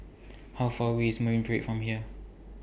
How Far away IS Marine Parade from here